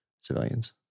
civilians